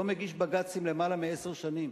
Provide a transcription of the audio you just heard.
לא מגיש בג"צים למעלה מעשר שנים,